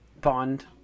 bond